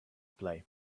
play